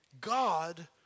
God